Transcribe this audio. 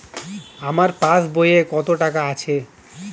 আমার পাস বইয়ে কত টাকা আছে?